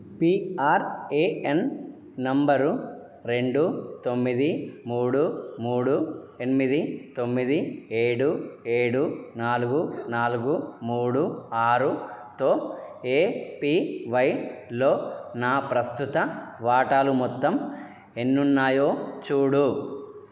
PRAN number రెండు తొమ్మిది మూడు మూడు ఎనిమిది తొమ్మిది ఏడు ఏడు నాలుగు నాలుగు మూడు ఆరుతో ఏపివైలో నా ప్రస్తుత వాటాలు మొత్తం ఎన్ని ఉన్నాయో చూడు